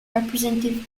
representative